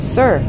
Sir